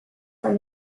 from